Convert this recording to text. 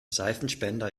seifenspender